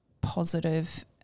positive –